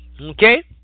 okay